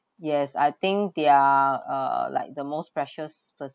yes I think they are uh like the most precious person